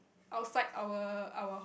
outside our our